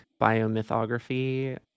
biomythography